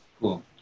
Cool